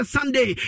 Sunday